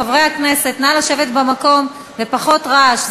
חברי הכנסת, נא לשבת במקום, ופחות רעש.